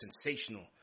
sensational